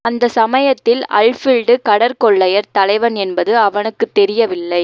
அந்தச் சமயத்தில் அல்ஃபில்டு கடற்கொள்ளையர் தலைவன் என்பது அவனுக்குத் தெரியவில்லை